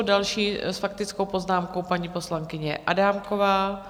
Další s faktickou poznámkou, paní poslankyně Adámková.